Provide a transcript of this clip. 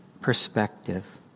perspective